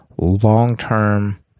long-term